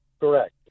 Correct